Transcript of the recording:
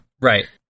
Right